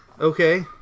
Okay